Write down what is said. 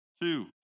two